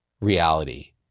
reality